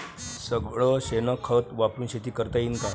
सगळं शेन खत वापरुन शेती करता येईन का?